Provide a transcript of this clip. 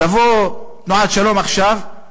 תבוא תנועת "שלום עכשיו",